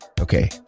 Okay